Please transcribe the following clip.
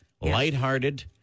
lighthearted